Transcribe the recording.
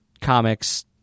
comics